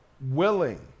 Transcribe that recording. willing